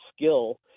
skill